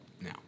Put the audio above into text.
now